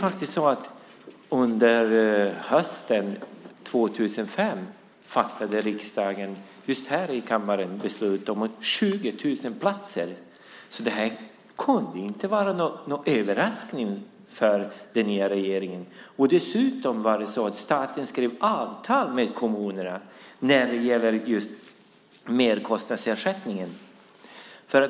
Ja, under hösten 2005 fattade faktiskt riksdagen just här i kammaren beslut om 20 000 platser, så det kan inte ha varit någon överraskning för den nya regeringen. Dessutom skrev staten avtal med kommunerna när det gällde just merkostnadsersättningen.